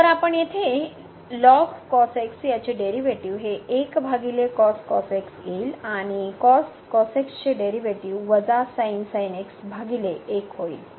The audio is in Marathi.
तर आपण येथे ln cos xयाचे डेरीवेटीव हे येईल आणि चे डेरीवेटीव भागिले 1 होईल